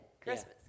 Christmas